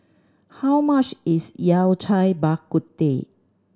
how much is Yao Cai Bak Kut Teh